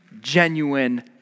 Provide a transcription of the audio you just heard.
genuine